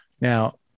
Now